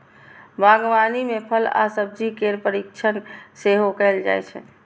बागवानी मे फल आ सब्जी केर परीरक्षण सेहो कैल जाइ छै